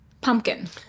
pumpkin